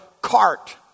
cart